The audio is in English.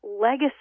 legacy